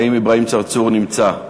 האם אברהים צרצור נמצא?